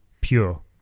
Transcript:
pure